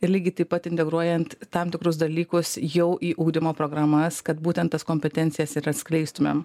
ir lygiai taip pat integruojant tam tikrus dalykus jau į ugdymo programas kad būtent tas kompetencijas ir atskleistumėm